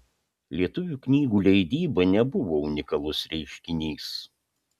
lietuvių knygų leidyba nebuvo unikalus reiškinys